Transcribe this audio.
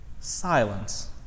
silence